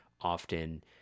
often